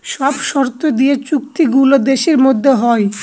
সব শর্ত দিয়ে চুক্তি গুলো দেশের মধ্যে হয়